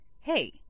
Hey